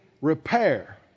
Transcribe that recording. repair